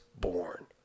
born